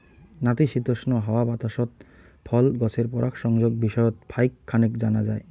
নাতিশীতোষ্ণ হাওয়া বাতাসত ফল গছের পরাগসংযোগ বিষয়ত ফাইক খানেক জানা যায়